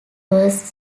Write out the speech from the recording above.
verse